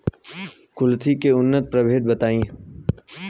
कुलथी के उन्नत प्रभेद बताई?